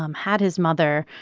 um had his mother,